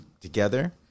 together